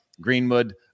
Greenwood